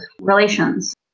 relations